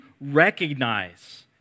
recognize